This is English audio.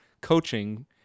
coaching